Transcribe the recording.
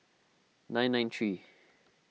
nine nine three